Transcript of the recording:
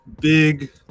big